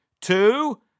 two